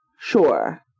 Sure